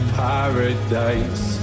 paradise